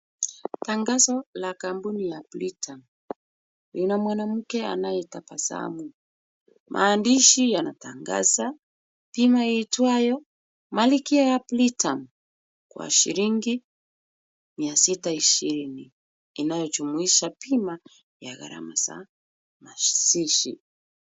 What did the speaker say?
Tangazo la kampuni ya Britam lina mwanamke anayetabasamu. Maandishi yanatangaza bima iitwayo Malkia ya Britam kwa shilingi mia sita ishirini inayojumuisha bima ya gharama za mazishi.